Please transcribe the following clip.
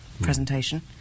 presentation